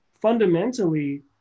fundamentally